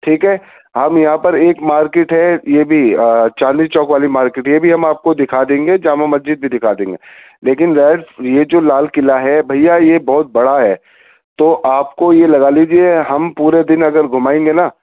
ٹھیک ہے ہم یہاں پر ایک مارکیٹ ہے یہ بھی چاندنی چوک والی مارکیٹ ہے یہ بھی ہم آپ کو دکھا دیں گے جامع مسجد بھی دکھا دیں گے لیکن سر یہ جو لال قلعہ ہے بھیا یہ بہت بڑا ہے تو آپ کو یہ لگا لیجیے ہم پورے دن اگر گھومائیں گے نا